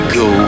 go